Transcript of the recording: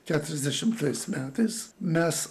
keturiasdešimtais metais mes